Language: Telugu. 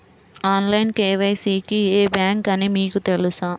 ఆన్లైన్ కే.వై.సి కి ఏ బ్యాంక్ అని మీకు తెలుసా?